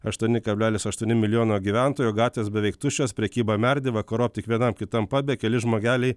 aštuoni kablelis aštuoni milijono gyventojo gatvės beveik tuščios prekyba merdi vakarop tik vienam kitam pube keli žmogeliai